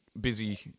busy